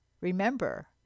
Remember